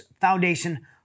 Foundation